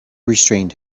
restrained